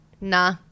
Nah